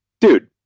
Dude